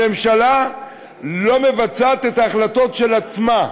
הממשלה לא מבצעת את ההחלטות של עצמה,